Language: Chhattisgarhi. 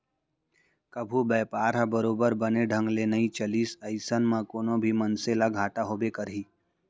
कभू बयपार ह बरोबर बने ढंग ले नइ चलिस अइसन म कोनो भी मनसे ल घाटा होबे करही